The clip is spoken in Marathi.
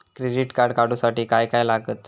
क्रेडिट कार्ड काढूसाठी काय काय लागत?